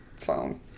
phone